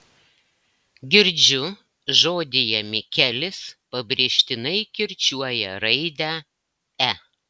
girdžiu žodyje mikelis pabrėžtinai kirčiuoja raidę e